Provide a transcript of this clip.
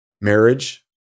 marriage